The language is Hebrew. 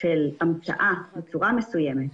של --- בצורה מסוימת.